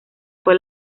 fue